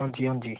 ਹਾਂਜੀ ਹਾਂਜੀ